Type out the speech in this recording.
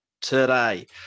today